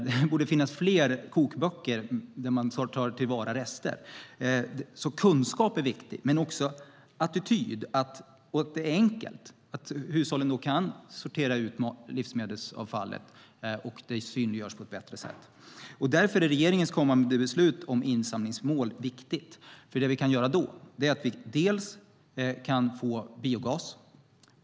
Det borde finnas fler kokböcker för hur man tar till vara rester. Kunskap är viktig. Men det handlar också om attityd och att det ska vara enkelt. Hushållen ska kunna sortera ut livsmedelsavfallet, och det ska synliggöras på ett bättre sätt. Därför är regeringens kommande beslut om insamlingsmål viktigt. Det vi kan göra då är att vi kan få biogas.